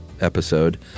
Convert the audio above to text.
episode